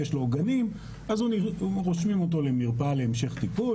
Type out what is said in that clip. אז רושמים אותו למרפאה להמשך טיפול,